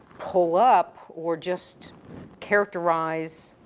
pull up or just characterize